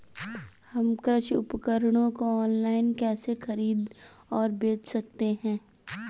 हम कृषि उपकरणों को ऑनलाइन कैसे खरीद और बेच सकते हैं?